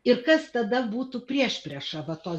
ir kas tada būtų priešprieša va tos